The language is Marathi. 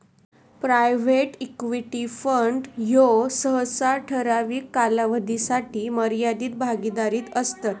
प्रायव्हेट इक्विटी फंड ह्ये सहसा ठराविक कालावधीसाठी मर्यादित भागीदारीत असतत